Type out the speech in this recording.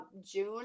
June